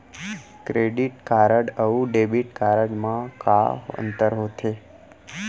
Credit card अऊ debit card मा का अंतर होथे?